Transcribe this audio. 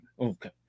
Okay